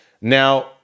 Now